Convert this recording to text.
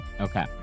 Okay